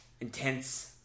Intense